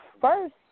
first